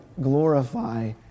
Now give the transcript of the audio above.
glorify